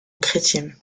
chrétien